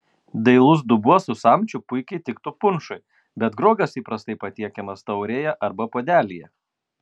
dailus dubuo su samčiu puikiai tiktų punšui bet grogas įprastai patiekiamas taurėje arba puodelyje